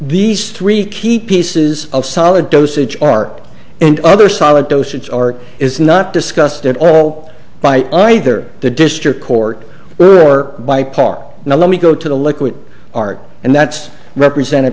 these three key pieces of solid dosage are and other solid dosage or is not discussed at all by either the district court where or by park now let me go to the liquid art and that's represented